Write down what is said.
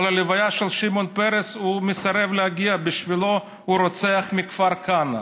אבל ללוויה של שמעון פרס הוא מסרב להגיע; בשבילו הוא הרוצח מכפר כנא.